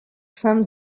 some